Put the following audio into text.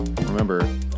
Remember